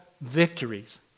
victories